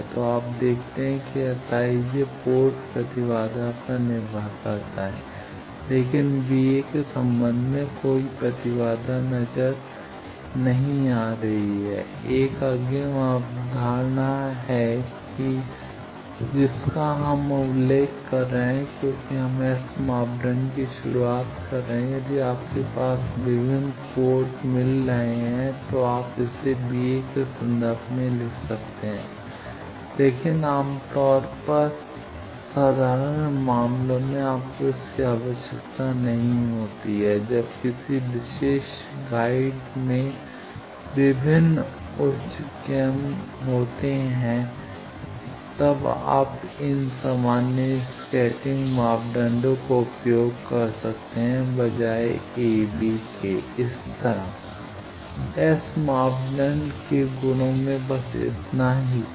तो आप देखते हैं कि Sij पोर्ट प्रतिबाधा पर निर्भर करता है लेकिन b a के संदर्भ में कोई प्रतिबाधा नहीं आ रही है यह 1 अग्रिम अवधारणा है जिसका हम उल्लेख कर रहे हैं क्योंकि हम S मापदंड की शुरुआत कर रहे हैं यदि आपके पास विभिन्न पोर्ट मिल रहे हैं तो आप इसे b a संदर्भ में लिख सकते हैं लेकिन आम तौर पर साधारण मामलों में आपको इसकी आवश्यकता नहीं होती है जब किसी विशेष गाइड में विभिन्न उच्च क्रम होते यात्रा कर रहे हैं आप इन सामान्य स्कैटरिंग मापदंडों का उपयोग कर सकते हैं बजाय a b के S मापदंड के गुणों में बस इतना ही था